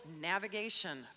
navigation